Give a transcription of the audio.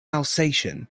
alsatian